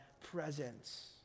presence